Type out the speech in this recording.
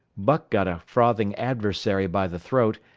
buck got a frothing adversary by the throat,